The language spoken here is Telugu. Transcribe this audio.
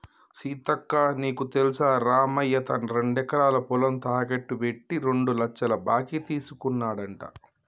సీతక్క నీకు తెల్సా రామయ్య తన రెండెకరాల పొలం తాకెట్టు పెట్టి రెండు లచ్చల బాకీ తీసుకున్నాడంట